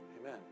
Amen